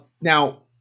Now